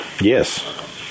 yes